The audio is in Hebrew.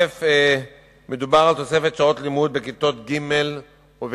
1. מדובר על תוספת שעות לימוד בכיתות ג' ובכיתות